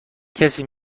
کسی